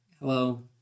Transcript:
hello